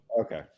Okay